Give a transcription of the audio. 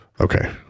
Okay